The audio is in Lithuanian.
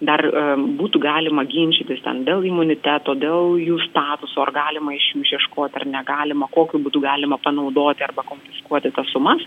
dar būtų galima ginčytis ten dėl imuniteto dėl jų statuso ar galima iš jų išieškoti ar negalima kokiu būdu galima panaudoti arba konfiskuoti tas sumas